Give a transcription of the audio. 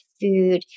food